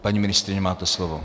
Paní ministryně, máte slovo.